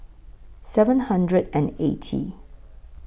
seven hundred and eighty